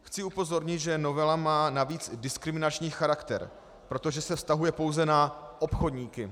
Chci upozornit, že novela má navíc diskriminační charakter, protože se vztahuje pouze na obchodníky.